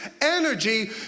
energy